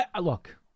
Look